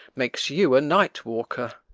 makes you a night-walker.